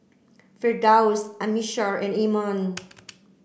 Firdaus Amsyar and Iman